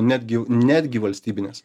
netgi netgi valstybinės